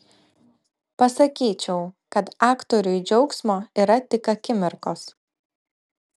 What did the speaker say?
pasakyčiau kad aktoriui džiaugsmo yra tik akimirkos